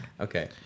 Okay